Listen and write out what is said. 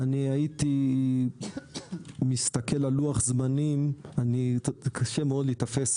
קשה מאוד להגיד.